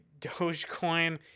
Dogecoin